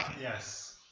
Yes